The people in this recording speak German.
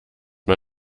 mal